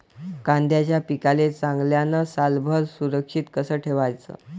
कांद्याच्या पिकाले चांगल्यानं सालभर सुरक्षित कस ठेवाचं?